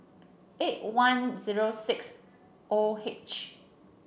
eight one zero six O H